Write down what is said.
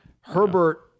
Herbert